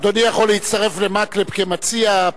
אדוני יכול להצטרף למקלב כמציע,